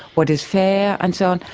what is fair and so on,